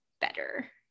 better